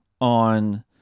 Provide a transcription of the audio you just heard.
on